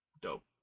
dope